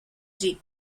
jeep